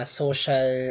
social